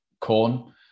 Corn